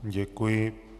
Děkuji.